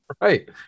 Right